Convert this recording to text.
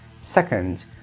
Second